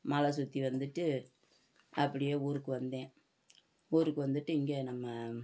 மலை சுற்றி வந்துட்டு அப்படியே ஊருக்கு வந்தேன் ஊருக்கு வந்துட்டு இங்கே நம்ம